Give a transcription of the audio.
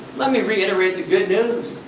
let me reiterate the good news